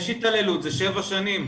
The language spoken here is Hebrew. יש התעללות, זה שבע שנים.